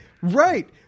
Right